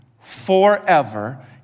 Forever